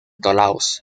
toulouse